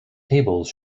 tables